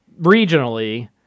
regionally